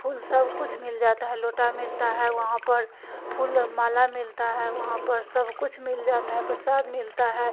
फूल सब कुछ मिल जाता है लोटा मिलता है वहाँ पर फूल माला मिलता है वहाँ पर सब कुछ मिल जाता है प्रसाद मिलता है